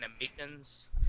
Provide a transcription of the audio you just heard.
animations